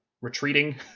retreating